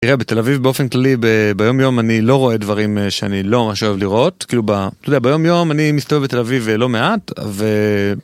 תראה, בתל אביב באופן כללי ביום יום אני לא רואה דברים שאני לא ממש אוהב לראות כאילו ביום יום אני מסתובב בתל אביב ולא מעט.